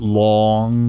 long